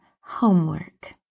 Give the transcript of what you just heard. homework